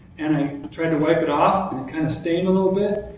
and i tried to wipe it off, and it kind of stained a little bit.